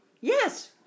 yes